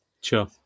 Sure